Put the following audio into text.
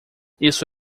isso